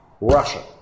Russia